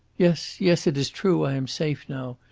yes, yes it is true. i am safe now.